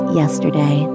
yesterday